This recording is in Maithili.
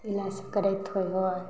तिला सँकराइत होइ हइ